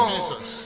Jesus